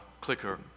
clicker